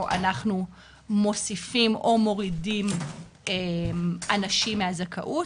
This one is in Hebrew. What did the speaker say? אנחנו מוסיפים או מורידים אנשים מהזכאות,